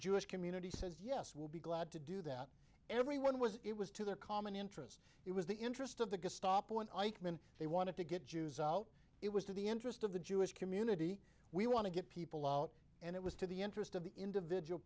jewish community says yes we'll be glad to do that everyone was it was to their common interest it was the interest of the gestapo and eichmann they wanted to get jews out it was to the interest of the jewish community we want to get people out and it was to the interest of the individual